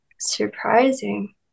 surprising